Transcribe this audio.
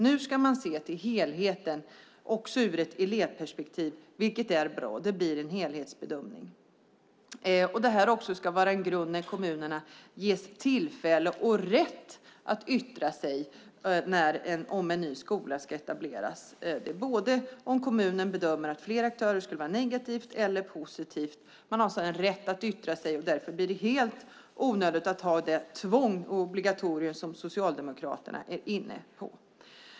Nu ska man se till helheten också ur elevperspektiv. Det är bra. Det blir en helhetsbedömning. Det ska också vara en grund när kommunerna ges tillfälle och rätt att yttra sig om en ny skola ska etableras. Kommunen bedömer om flera aktörer är negativa eller positiva. Kommunen har rätt att yttra sig, så det blir helt onödigt med det tvång och obligatorium som Socialdemokraterna är inne på.